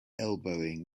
elbowing